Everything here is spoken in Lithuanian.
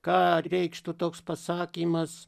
ką reikštų toks pasakymas